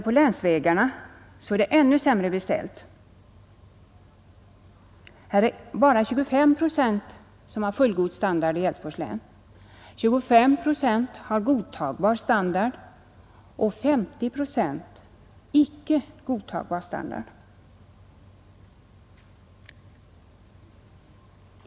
På länsvägarna är det ännu sämre beställt. Här är det bara 25 procent som har fullgod standard i Älvsborgs län, 25 procent har godtagbar standard och 50 procent har icke godtagbar standard.